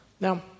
Now